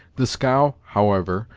the scow, however,